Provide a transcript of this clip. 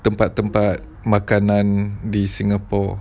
tempat-tempat makanan di singapore